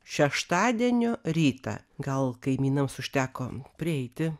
šeštadienio rytą gal kaimynams užteko prieiti